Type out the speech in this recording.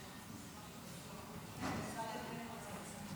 חבריי חברי הכנסת,